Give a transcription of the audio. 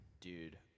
Dude